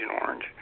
Orange